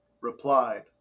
replied